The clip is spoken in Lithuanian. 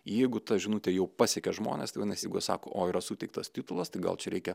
jeigu ta žinutė jau pasiekė žmones tai vadinasi jeigu jie sako o yra suteiktas titulas tai gal čia reikia